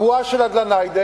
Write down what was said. הבועה של הדלא-ניידי,